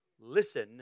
listen